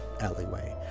alleyway